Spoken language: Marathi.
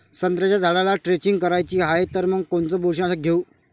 संत्र्याच्या झाडाला द्रेंचींग करायची हाये तर मग कोनच बुरशीनाशक घेऊ?